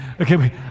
Okay